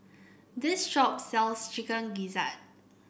this shop sells Chicken Gizzard